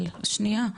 אבל שנייה,